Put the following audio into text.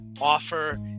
offer